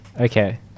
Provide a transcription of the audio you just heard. okay